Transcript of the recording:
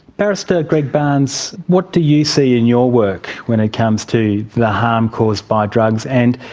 barrister greg barns, what do you see in your work when it comes to the harm caused by drugs and,